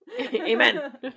Amen